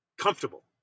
Comfortable